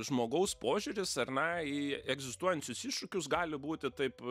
žmogaus požiūris ar ne į egzistuojančius iššūkius gali būti taip